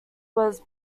was